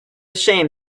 shame